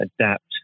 adapt